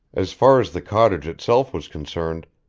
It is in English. as far as the cottage itself was concerned,